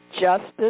Justice